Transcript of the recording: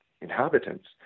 inhabitants